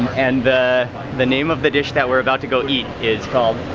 and the the name of the dish that we are about to go eat is called?